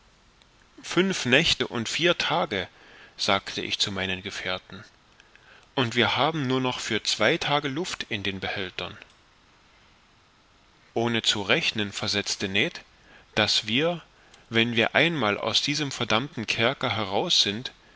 fünf nächte und vier tage sagte ich zu meinen gefährten und wir haben nur noch für zwei tage luft in den behältern ohne zu rechnen versetzte ned daß wir wenn wir einmal aus diesem verdammten kerker heraus sind